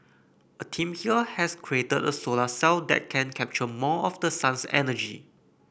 a team here has created a solar cell that can capture more of the sun's energy